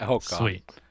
Sweet